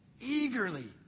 Eagerly